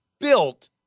built